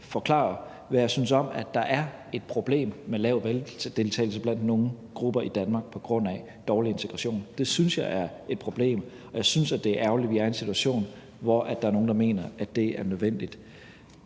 at forklare, hvad jeg synes om, at der er et problem med lav valgdeltagelse blandt nogle grupper i Danmark på grund af dårlig integration. Det synes jeg er et problem, og jeg synes, det er ærgerligt, at vi er i en situation, hvor nogle mener, at det er nødvendigt.